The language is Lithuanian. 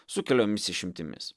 su keliomis išimtimis